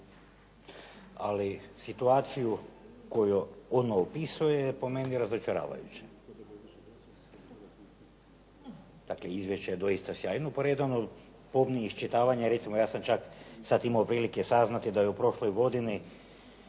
ali situaciju koju ono opisuje je po meni razočaravajuće. Dakle izvješće je doista sjajno poredano, pomnije iščitavanje recimo ja sam čak sad imao prilike saznati da je u prošloj godini